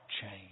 change